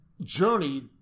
journey